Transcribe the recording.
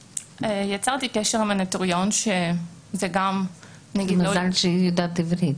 יצרתי קשר עם נוטריון שזה גם --- מזל שהיא יודעת עברית,